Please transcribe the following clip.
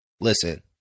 Listen